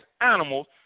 animals